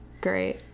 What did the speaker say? Great